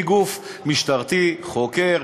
היא גוף משטרתי חוקר,